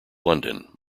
london